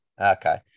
okay